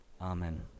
Amen